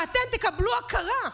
ואתם תקבלו הכרה.